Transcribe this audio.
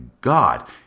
God